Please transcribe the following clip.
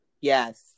Yes